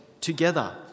together